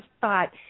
thought